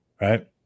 right